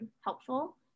helpful